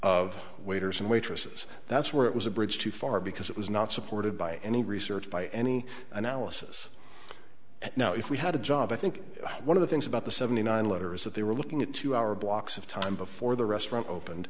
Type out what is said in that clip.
of waiters and waitresses that's where it was a bridge too far because it was not supported by any research by any analysis and now if we had a job i think one of the things about the seventy nine letter is that they were looking at two hour blocks of time before the restaurant opened